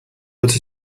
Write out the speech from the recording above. but